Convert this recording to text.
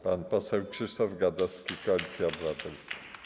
Pan poseł Krzysztof Gadowski, Koalicja Obywatelska.